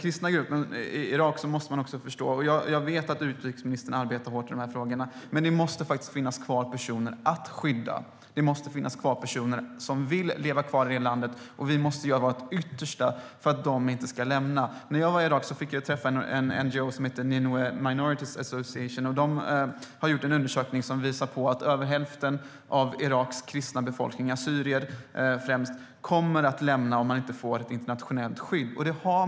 Jag vet att utrikesministern arbetar hårt med frågorna, men när det kommer till den kristna gruppen i Irak måste man förstå att det måste finnas kvar personer att skydda, som vill leva kvar i landet. Vi måste göra vårt yttersta för att de inte ska lämna landet. När jag var i Irak fick jag träffa representanter från en NGO - Nineveh Minorities Rights Association. De har gjort en undersökning som visar att över hälften av Iraks kristna befolkning, främst assyrier, kommer att lämna landet om man inte får ett internationellt skydd.